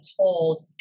told